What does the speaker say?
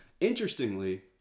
Interestingly